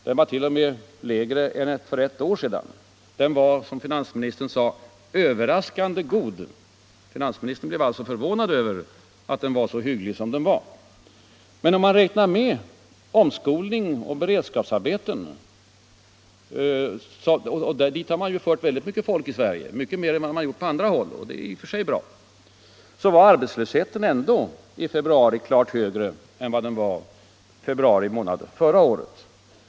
Den var t.o.m. lägre än för ett år sedan. Situationen var, som finansministern sade, överraskande god. Han blev alltså förvånad över att siffran var så hygglig som den var. Men om man räknar med omskolning och beredskapsarbeten — och dit har man ju fört mycket folk i Sverige, mycket mer än vad man gjort på andra håll, vilket i och för sig är bra — var arbetslösheten ändå i februari klart högre än vad den var i februari månad förra året.